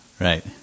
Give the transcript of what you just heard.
Right